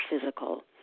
physical